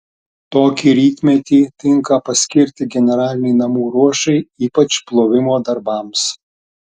tokį rytmetį tinka paskirti generalinei namų ruošai ypač plovimo darbams